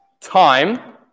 Time